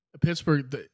Pittsburgh